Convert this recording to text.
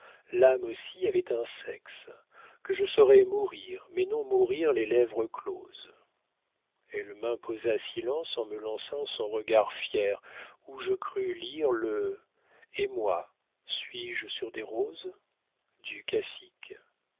l'âme aussi avait un sexe que je saurais mourir mais non mourir les lèvres closes elle m'imposa silence en me lançant son regard fier où je crus lire le et moi suis-je sur des roses